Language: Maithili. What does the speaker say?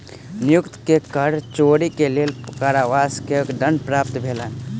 नियोक्ता के कर चोरी के लेल कारावास के दंड प्राप्त भेलैन